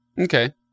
Okay